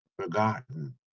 forgotten